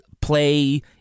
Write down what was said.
play